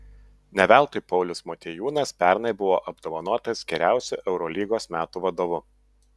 ne veltui paulius motiejūnas pernai buvo apdovanotas geriausiu eurolygos metų vadovu